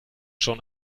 schon